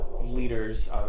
leaders